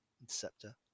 Interceptor